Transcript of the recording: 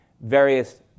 various